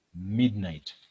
midnight